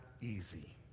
easy